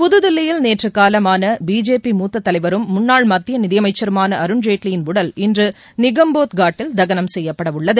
புதுதில்லியில் நேற்று காலமான பிஜேபி மூத்த தலைவரும் முன்னாள் மத்திய நிதியமைச்சருமான அருண்ஜேட்லியின் உடல் இன்று நிகம்போத் கட் இல் தகனம் செய்யப்படவுள்ளது